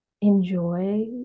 enjoy